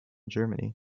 germany